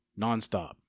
nonstop